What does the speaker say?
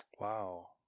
Wow